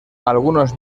algunos